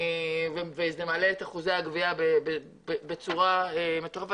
וזה מעלה את אחוזי הגבייה בצורה טובה,